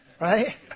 right